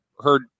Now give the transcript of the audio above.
heard